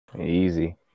Easy